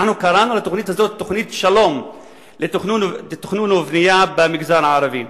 אנחנו קראנו לתוכנית הזאת: תוכנית שלום לתכנון ובנייה במגזר הערבי.